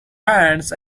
hands